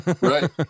right